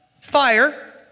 fire